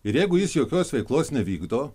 ir jeigu jis jokios veiklos nevykdo